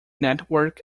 network